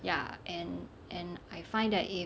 ya and and I find that if